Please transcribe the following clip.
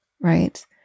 right